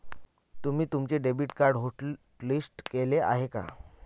तुम्ही तुमचे debit card hotlist केले आहे का?